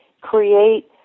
create